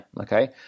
okay